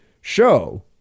show